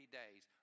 days